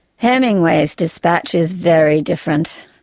hemingway's dispatch is very different.